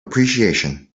appreciation